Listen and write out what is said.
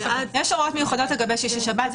הוראות מיחדות בחוק לגבי שישי-שבת,